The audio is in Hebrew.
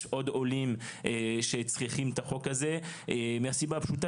יש עוד עולים שצריכים את החוק הזה מהסיבה הפשוטה